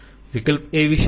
વિકલ્પ a વિશે શું